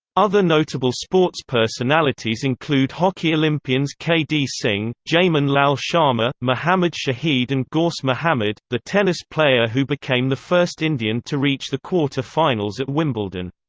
other notable sports personalities include hockey olympians k. d. singh, jaman lal sharma, mohammed shahid and ghaus mohammad, the tennis player who became the first indian to reach the quarter finals at wimbledon.